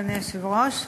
אדוני היושב-ראש,